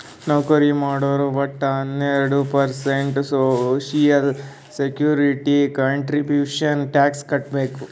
ನೌಕರಿ ಮಾಡೋರು ವಟ್ಟ ಹನ್ನೆರಡು percent social security contribution tax ಕಟ್ಬೇಕ್